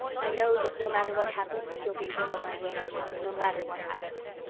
i know that no matter what happens, you'll be rilla-my-rilla no matter what happens.